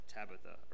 Tabitha